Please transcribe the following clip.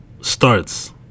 starts